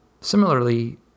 Similarly